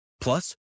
Plus